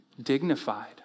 dignified